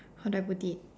how do I put it